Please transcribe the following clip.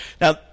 Now